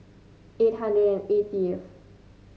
eight hundred and eightyth